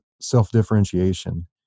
self-differentiation